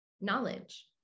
Knowledge